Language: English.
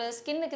skin